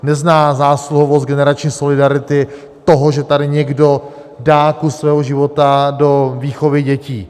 Nezná zásluhovost generační solidarity, toho, že tady někdo dá kus svého života do výchovy dětí.